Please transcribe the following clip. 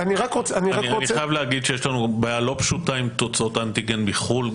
יש לנו בעיה לא פשוטה עם תוצאות האנטיגן בחו"ל.